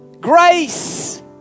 Grace